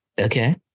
okay